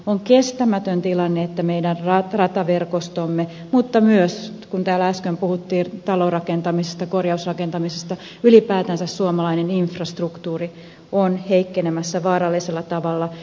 on kestämätön tilanne että meidän rataverkostomme mutta myös kun täällä äsken puhuttiin talorakentamisesta korjausrakentamisesta ylipäätänsä suomalainen infrastruktuuri on heikkenemässä vaarallisella tavalla